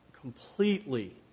completely